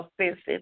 offensive